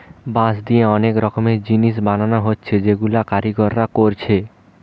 বাঁশ দিয়ে অনেক রকমের জিনিস বানানা হচ্ছে যেগুলা কারিগররা কোরছে